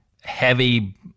heavy